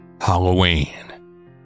Halloween